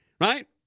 right